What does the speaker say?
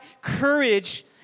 courage